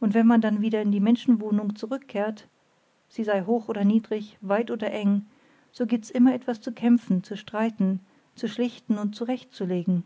und wenn man denn wieder in die menschenwohnung zurückkehrt sie sei hoch oder niedrig weit oder eng so gibts immer etwas zu kämpfen zu streiten zu schlichten und zurechtzulegen